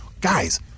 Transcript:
Guys